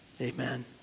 amen